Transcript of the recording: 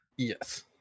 yes